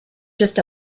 just